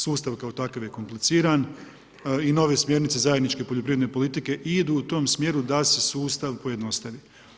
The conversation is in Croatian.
Sustav kao takav je kompliciran i nove smjernice zajedničke poljoprivredne politike idu u tom smjeru da se sustav pojednostavi.